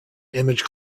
image